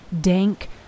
dank